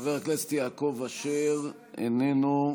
חבר הכנסת יעקב אשר איננו.